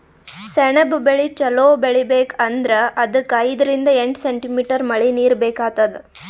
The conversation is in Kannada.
ಸೆಣಬ್ ಬೆಳಿ ಚಲೋ ಬರ್ಬೆಕ್ ಅಂದ್ರ ಅದಕ್ಕ್ ಐದರಿಂದ್ ಎಂಟ್ ಸೆಂಟಿಮೀಟರ್ ಮಳಿನೀರ್ ಬೇಕಾತದ್